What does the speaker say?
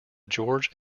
george